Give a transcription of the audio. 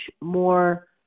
more